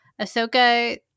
Ahsoka